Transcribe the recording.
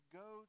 go